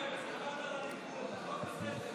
התקבלת לליכוד, הכול בסדר.